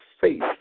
faith